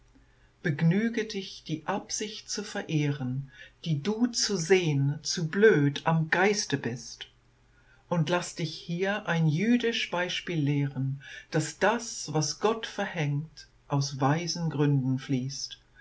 begnüge dich die absicht zu verehren die du zu sehn zu blöd am geiste bist und laß dich hier ein jüdisch beispiel lehren daß das was gott verhängt aus weisen gründen fließt